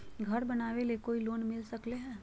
घर बनावे ले कोई लोनमिल सकले है?